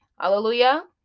hallelujah